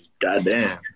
goddamn